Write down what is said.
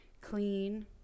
Clean